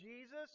Jesus